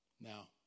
Now